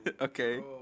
Okay